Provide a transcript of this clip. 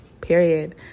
Period